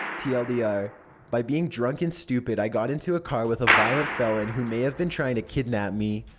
tl dr ah by being drunk and stupid, i got into a car with a violent felon who may have been trying to kidnap me.